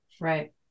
Right